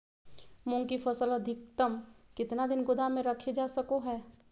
मूंग की फसल अधिकतम कितना दिन गोदाम में रखे जा सको हय?